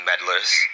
meddlers